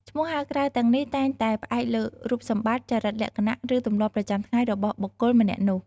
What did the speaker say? ឈ្មោះហៅក្រៅទាំងនេះតែងតែផ្អែកលើរូបសម្បត្តិ ចរិតលក្ខណៈ ឬទម្លាប់ប្រចាំថ្ងៃរបស់បុគ្គលម្នាក់នោះ។